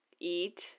eat